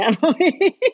family